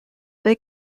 they